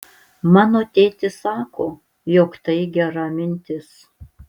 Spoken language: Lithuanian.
mano tėtis sako jog tai gera mintis